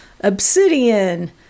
obsidian